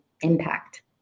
impact